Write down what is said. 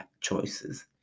choices